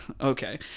okay